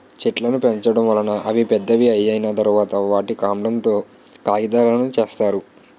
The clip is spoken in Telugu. చెట్లును పెంచడం వలన అవి పెద్దవి అయ్యిన తరువాత, వాటి కాండం తో కాగితాలును సేత్తారు